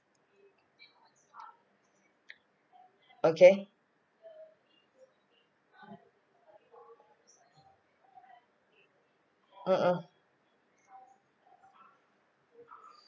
okay mmhmm